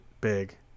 big